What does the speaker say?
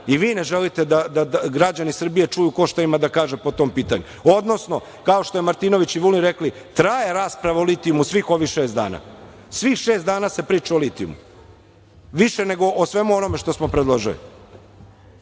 i vi ne želite da građani Srbije čuju ko šta ima da kaže po tom pitanju, odnosno kao što su Martinović i Vulin rekli, traje rasprava o litijumu svih ovih šest dana. Svih šest dana se priča o litijumu, više nego o svemu onome što smo predložili